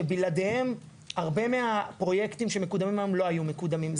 שבלעדיהן הרבה מהפרויקטים שמקודמים היום לא היו מקודמים.